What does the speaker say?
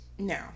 No